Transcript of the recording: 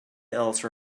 else